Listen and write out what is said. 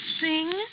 sing